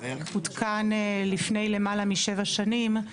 הותקן לפני למעלה משבע שנים.